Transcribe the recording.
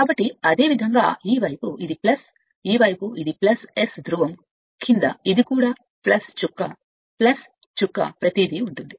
కాబట్టి అదేవిధంగా ఈ వైపు ఇది ఈ వైపు ఇది ఈ వైపు ఇది S ధ్రువం కింద ఇది కూడా చుక్క చుక్క ప్రతిదీ ఉంది